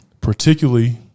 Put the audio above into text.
Particularly